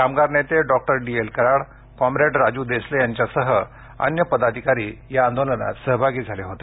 कामगार नेते doctor D L Karad comrade Raju Desale यांच्यासह अन्य पदाधिकारी या आंदोलनात सहभागी झाले होते